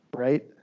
Right